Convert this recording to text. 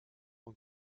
und